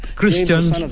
Christians